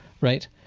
right